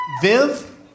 Viv